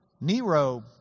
Nero